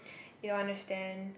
you won't understand